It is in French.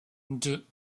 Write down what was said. deux